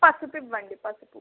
పసుపు ఇవ్వండి పసుపు